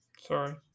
Sorry